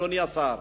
אדוני השר.